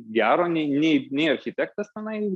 gero nei nei nei architektas tenai